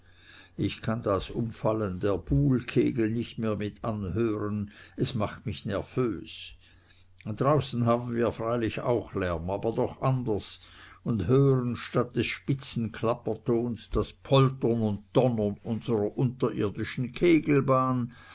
ich kann das umfallen der boulekegel nicht mehr mit anhören es macht mich nervös draußen haben wir freilich auch lärm aber doch anders und hören statt des spitzen klappertons das poltern und donnern unserer unterirdischen kegelbahn